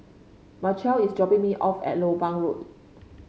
Mychal is dropping me off at Lompang Road